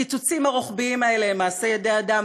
הקיצוצים הרוחביים האלה הם מעשה ידי אדם,